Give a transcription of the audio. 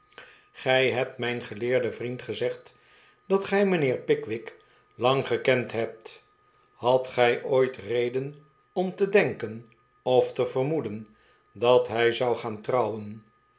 gij hebt mijn geleerden vriend gezegd dat gij mijnheer pickwick lang gekend hebt hadt gij ooit reden om te denken of te vermoeden dat hij zou gaan trouwen